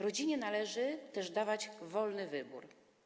Rodzinie należy też dawać wolny wybór.